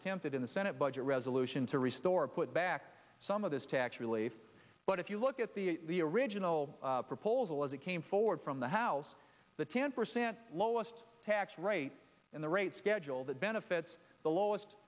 attempted in the senate budget resolution to restore put back some of this tax relief but if you look at the original proposal as it came forward from the house the ten percent lowest tax rate in the rate schedule that benefits the lowest